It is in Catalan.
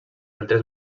altres